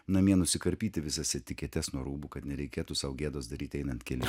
namie nusikarpyti visas etiketes nuo rūbų kad nereikėtų sau gėdos daryti einant keliu